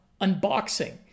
unboxing